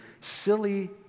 silly